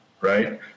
Right